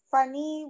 Funny